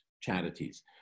charities